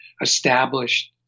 established